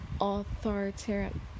authoritarian